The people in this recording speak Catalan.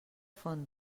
font